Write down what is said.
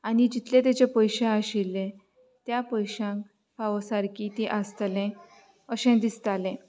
आनी जितले तेचे पयशे आशिल्ले त्या पयशांक फावो सारकी ती आसतलें अशें दिसतालें